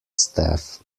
staff